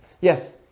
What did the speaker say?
Yes